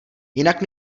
jinak